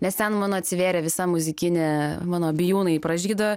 nes ten mano atsivėrė visa muzikinė mano bijūnai pražydo